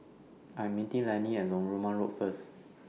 I'm meeting Lannie At Narooma Road First